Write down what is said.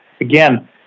again